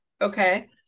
okay